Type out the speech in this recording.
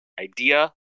idea